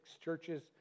churches